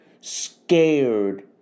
scared